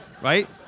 Right